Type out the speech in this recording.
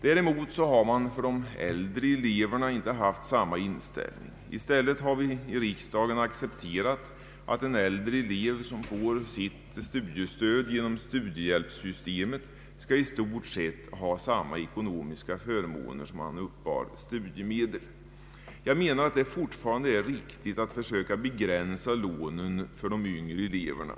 Däremot har man när det gäller de äldre eleverna inte haft samma inställning. I stället har vi i riksdagen accepterat att en äldre elev som får sitt studiestöd genom studiehjälpsystemet i stort sett skall ha samma ekonomiska förmåner som om han uppbar studiemedel. Enligt min mening är det fortfarande riktigt att försöka begränsa lånen för de yngre eleverna.